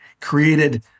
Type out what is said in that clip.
created